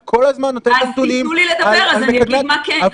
את כל הזמן נותנת נתונים --- אז תיתנו לי לדבר ואני אגיד מה כן,